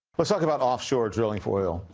let's talk about offshore drilling for oil.